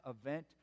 event